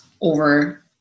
over